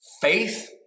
Faith